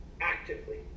actively